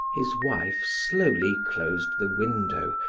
his wife slowly closed the window,